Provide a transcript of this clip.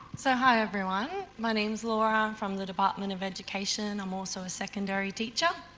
so, hi everyone, my name's laura, i'm from the department of education, i'm also a secondary teacher.